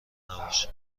نباش